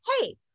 hey